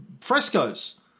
frescoes